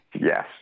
Yes